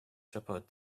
shepherd